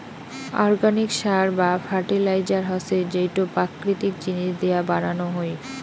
organic সার বা fertiliser হসে যেইটো প্রাকৃতিক জিনিস দিয়া বানানো হই